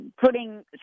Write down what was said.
putting